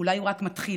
אולי הוא רק מתחיל.